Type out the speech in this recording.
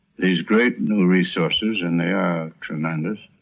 these great new resources, and they are tremendous.